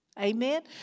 Amen